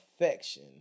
affection